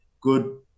good